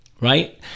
right